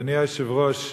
אדוני היושב-ראש,